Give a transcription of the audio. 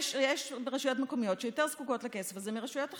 יש רשויות מקומיות שיותר זקוקות לכסף הזה מרשויות אחרות,